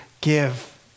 give